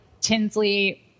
Tinsley